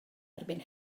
erbyn